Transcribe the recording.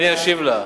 אני אשיב לה.